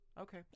okay